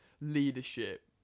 leadership